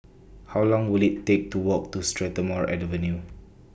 How Long Will IT Take to Walk to Strathmore Avenue